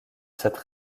cette